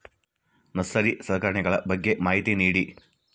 Nursery ಸಲಕರಣೆಗಳ ಬಗ್ಗೆ ಮಾಹಿತಿ ನೇಡಿ?